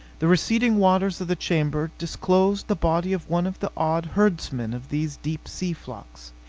the receding waters of the chamber disclosed the body of one of the odd herdsmen of these deep sea flocks.